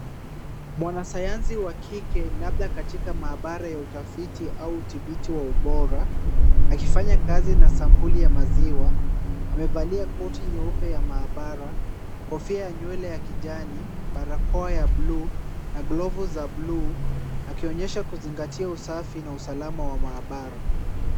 Mwanasayansi wa kike labda katika maabara ya utafiti au tibicho ya ubora, akifanya kazi na sampuli ya maziwa amevalia koti nyeupe ya maabara, kofia ya nywele ya kijani, barakoa ya buluu na glovu za buluu, akionyesha kuzingatia usafi na usalama wa maabara.